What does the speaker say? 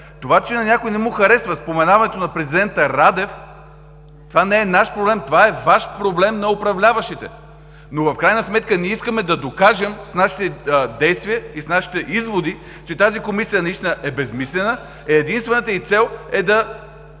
Това че на някой не му харесва споменаването на президента Радев, това не е наш проблем. Това е Ваш проблем – на управляващите. В крайна сметка ние искаме да докажем с нашите действия и изводи, че тази Комисия наистина е безсмислена. Единствената й цел е да